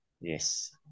Yes